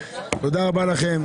תודה רבה לכם,